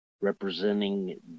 representing